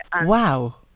Wow